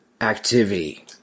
activity